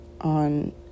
on